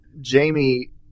Jamie